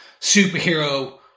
superhero